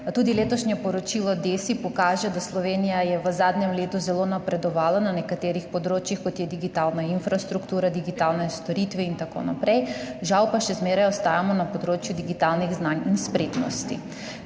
Tudi letošnje poročilo DESI pokaže, da je Slovenija v zadnjem letu zelo napredovala na nekaterih področjih, kot so digitalna infrastruktura, digitalne storitve in tako naprej, žal pa še zmeraj zaostajamo na področju digitalnih znanj in spretnosti.